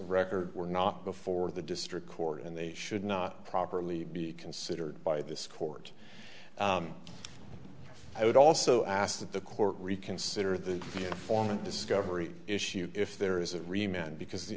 record were not before the district court and they should not properly be considered by this court i would also ask that the court reconsider the formant discovery issue if there is a rematch because the